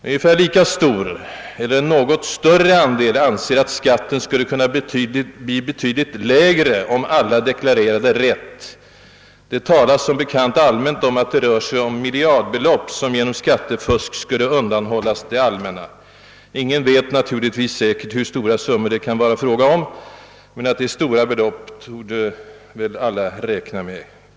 Ungefär lika stor eller något större andel anser att skatten skulle kunna bli betydligt lägre om alla deklarerade rätt. Det talas som bekant allmänt om att det rör sig om miljardbelopp som genom skattefusk skulle undanhållas det allmänna. Ingen vet naturligtvis säkert hur stora summor det kan vara fråga om, men att det är stora belopp det gäller torde man kunna räkna med.